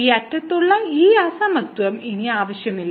ഈ അറ്റത്തുള്ള ഈ അസമത്വം ഇനി ആവശ്യമില്ല